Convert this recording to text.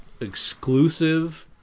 exclusive